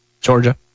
Georgia